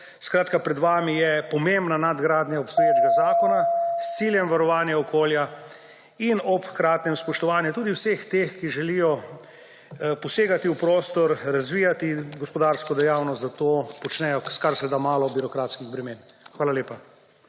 nadzorom. Pred vami je pomembna nadgradnja obstoječega zakona s ciljem varovanja okolja in ob hkratnem spoštovanju tudi vseh, ki želijo posegati v prostor, razvijati gospodarsko dejavnost, da to počnejo s kar se da malo birokratskih bremen. Hvala lepa.